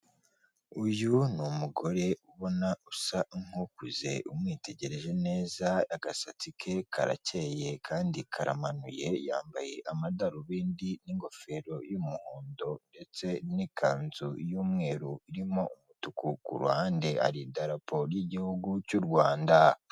Ibiti byiza bizana akayaga ndetse n'amahumbezi akazura abantu bicaramo bategereje imodoka ndetse n'imodoka y'ivaturi, umumotari ndetse n'indi modoka ibari imbere itwara imizigo.